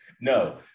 No